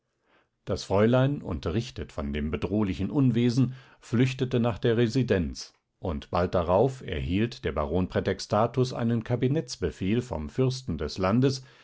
das fräulein unterrichtet von dem bedrohlichen unwesen flüchtete nach der residenz und bald darauf erhielt der baron prätextatus einen kabinettsbefehl vom fürsten des landes